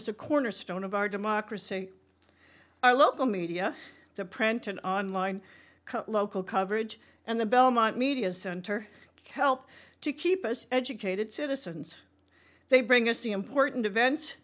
is the cornerstone of our democracy our local media the print and online local coverage and the belmont media center help to keep us educated citizens they bring us the important event